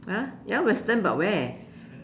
!huh! ya western but where